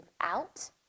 out